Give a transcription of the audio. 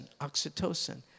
Oxytocin